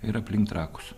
ir aplink trakus